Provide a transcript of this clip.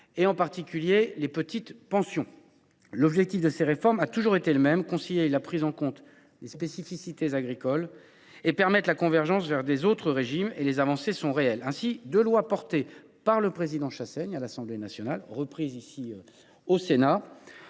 en particulier des petites pensions. L’objectif de ces réformes a toujours été le même : concilier la prise en compte des spécificités agricoles et permettre la convergence vers les autres régimes. Les avancées sont réelles. Ainsi, deux lois portées par le président Chassaigne à l’Assemblée nationale et adoptées